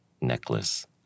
necklace